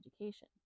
education